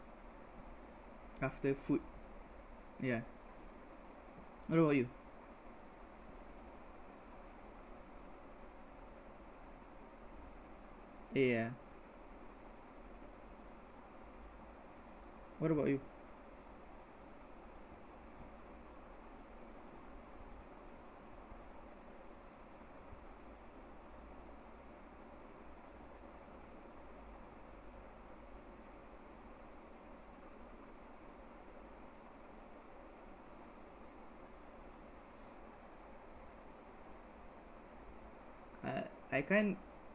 after food yah what about you yah yah what about you uh I can't